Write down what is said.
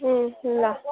ल